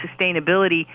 sustainability